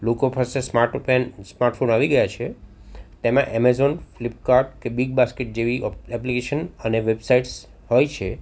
લોકો પાસે smart pen smartphone આવી ગયા છે તેમાં એમઝોન ફ્લિપકાટ કે બિગબાસ્કેટ જેવી એપ્લિકેશન અને વેબસાઇડ્સ હોય છે